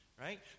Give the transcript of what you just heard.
right